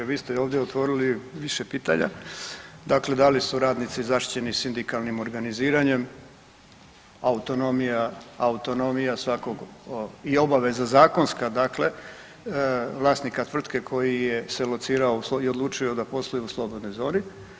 Vi ste ovdje otvorili više pitanja dakle da li su radnici zaštićeni sindikalnim organiziranjem, autonomija, autonomija svakog i obaveza zakonska dakle vlasnika tvrtke koji je se locirao i odlučio da posluje u slobodnoj zoni.